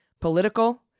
Political